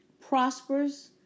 prosperous